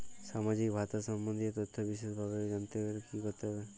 সামাজিক ভাতা সম্বন্ধীয় তথ্য বিষদভাবে জানতে কী করতে হবে?